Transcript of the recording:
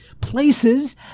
places